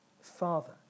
Father